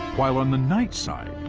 while on the night side,